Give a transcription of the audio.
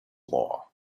law